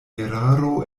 eraro